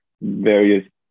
various